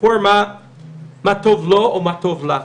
מה טוב לו או מה טוב לה.